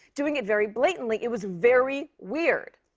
doing it very blatantly. it was very weird.